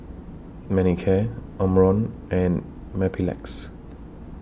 Manicare Omron and Mepilex